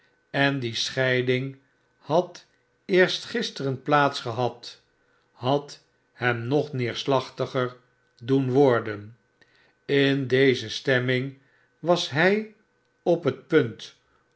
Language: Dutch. en die scheiding had eerst gisteren plaats gehad had hem nog neerskchtiger doen worden in deze stemming was hij op het punt